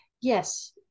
yes